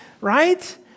right